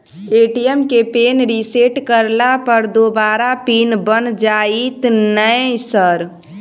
ATM केँ PIN reset करला पर दोबारा पिन बन जाइत नै सर?